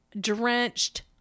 drenched